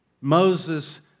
Moses